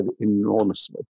enormously